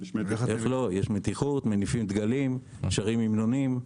יש מתיחות, מניפים דגלים, שרים המנונים,